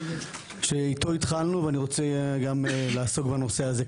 שאיתו התחלנו ואני רוצה גם לעסוק בנושא הזה.